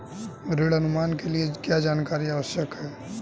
ऋण अनुमान के लिए क्या जानकारी आवश्यक है?